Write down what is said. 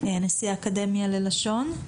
נשיא האקדמיה ללשון.